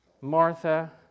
Martha